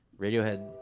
Radiohead